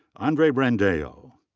andre brandao.